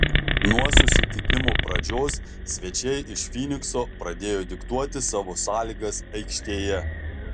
nuo susitikimo pradžios svečiai iš fynikso pradėjo diktuoti savo sąlygas aikštėje